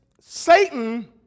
Satan